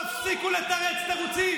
תפסיקו לתרץ תירוצים.